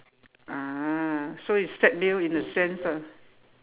ah so it's set meal in a sense lah